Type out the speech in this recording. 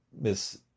miss